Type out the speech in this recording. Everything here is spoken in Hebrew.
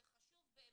זה חשוב באמת,